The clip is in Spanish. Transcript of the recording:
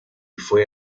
fue